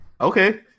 Okay